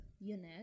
unit